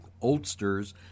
oldsters